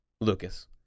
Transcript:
Lucas